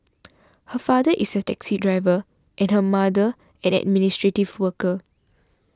her father is a taxi driver and her mother administrative worker